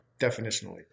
definitionally